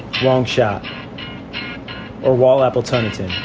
long shot ah while apple turned in